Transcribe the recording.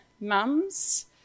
mums